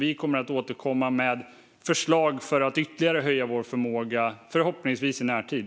Vi kommer att återkomma med förslag för att ytterligare höja vår förmåga, förhoppningsvis i närtid.